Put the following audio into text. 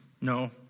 no